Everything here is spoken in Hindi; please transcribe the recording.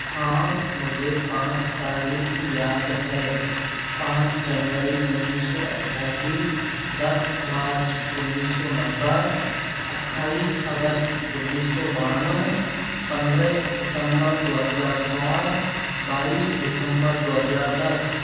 हाँ मुझे पाँच तारीख याद हैं पाँच जनवरी उन्नीस सौ अट्ठासी दस मार्च उन्नीस सौ नब्बे अट्ठाईस अगस्त उन्नीस सौ बाणवे पंद्रह सितम्बर दो हज़ार चार बाईस दिसम्बर दो हज़ार दस